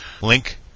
Link